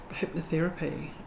hypnotherapy